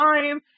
time